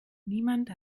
niemand